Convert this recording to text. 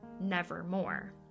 nevermore